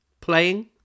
playing